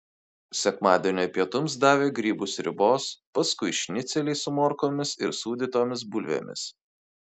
sekmadienio pietums davė grybų sriubos paskui šnicelį su morkomis ir sūdytomis bulvėmis